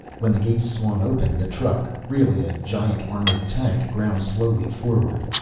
when the gates swung open the truck really a giant armored tank ground slowly forward.